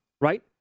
right